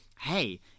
hey